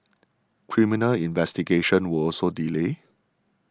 criminal investigations were also delayed